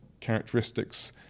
characteristics